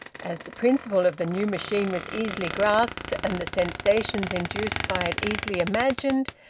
as the principle of the new machine was easily grasped, and the sensations induced by it easily imagined,